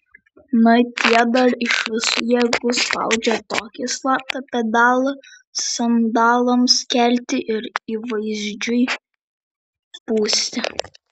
na tie dar iš visų jėgų spaudžia tokį slaptą pedalą sandalams kelti ir įvaizdžiui pūsti